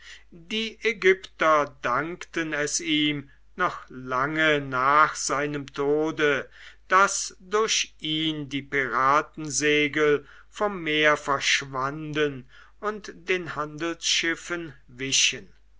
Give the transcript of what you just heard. die ägypter dankten es ihm noch lange nach seinem tode daß durch ihn die piratensegel vom meer verschwanden und den handelsschiffen wichen